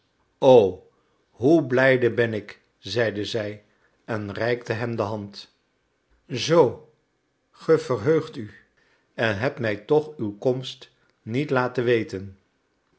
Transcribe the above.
o hoe blijde ben ik zeide zij en reikte hem de hand zoo ge verheugt u en hebt mij toch uw komst niet laten weten